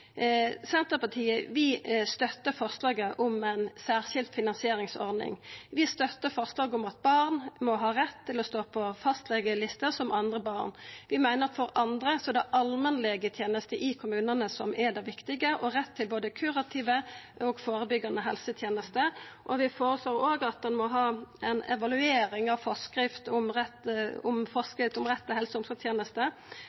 Senterpartiet støttar forslaget om ei særskild finansieringsordning. Vi støttar forslaget om at barn må ha rett til å stå på fastlegelister som andre barn. Vi meiner at for andre er det allmennlegetenestea i kommunane som er det viktige, og retten til både kurative og førebyggjande helsetenester. Vi føreslår også at ein må ha ei evaluering av forskrift om rett